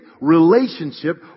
relationship